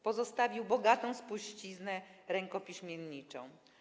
Pozostawił bogatą spuściznę rękopiśmienniczą.